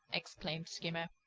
exclaimed skimmer.